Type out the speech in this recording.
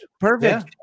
perfect